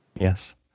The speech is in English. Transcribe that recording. Yes